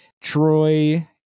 Troy